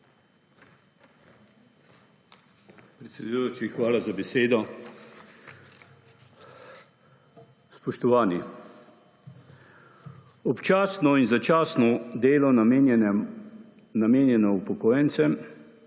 Predsedujoči, hvala za besedo. Spoštovani. Občasno in začasno delo, namenjeno upokojencem,